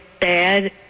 bad